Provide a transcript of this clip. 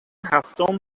هفتم